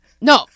No